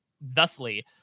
thusly